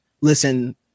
listen